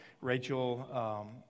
Rachel